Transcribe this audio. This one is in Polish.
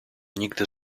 nigdy